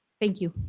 thank you.